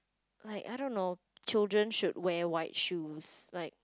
like I don't know children should wear white shoes like